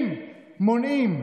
אם מונעים,